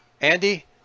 Andy